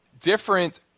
different